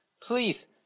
please